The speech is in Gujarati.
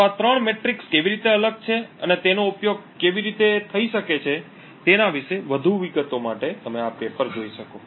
તો આ ત્રણ મેટ્રિક્સ કેવી રીતે અલગ છે અને તેનો ઉપયોગ કેવી રીતે થઈ શકે છે તેના વિશે વધુ વિગતો માટે તમે આ પેપર જોઈ શકો